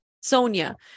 Sonia